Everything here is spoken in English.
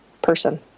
person